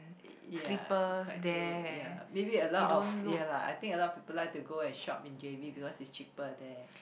ya quite true ya maybe a lot of ya lah I think a lot of people like to go and shop in j_b because it's cheaper there